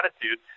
attitude